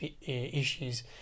issues